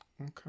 Okay